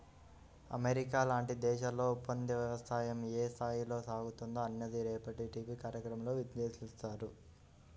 America లాంటి దేశాల్లో ఒప్పందవ్యవసాయం ఏ స్థాయిలో సాగుతుందో అన్నది రేపటి టీవీ కార్యక్రమంలో విశ్లేషిస్తారు